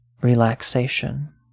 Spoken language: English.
relaxation